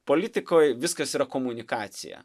politikoj viskas yra komunikacija